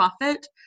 profit